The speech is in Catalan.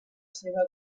seva